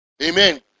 Amen